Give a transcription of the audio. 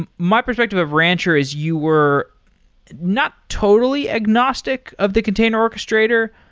and my perspective of rancher is you were not totally agnostic of the container orchestrator,